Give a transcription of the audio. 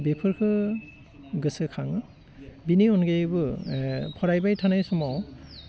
बेफोरखौ गोसोखाङो बिनि अनगायैबो फरायबाय थानाय समाव